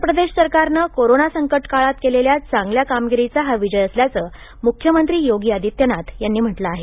उत्तरप्रदेश सरकारनं कोरोना संकटकाळांत केलेल्या चांगल्या कामगिरीचा हा विजय असल्याचं मुख्यमंत्री योगी आदित्यनाथ यांनी म्हटलं आहे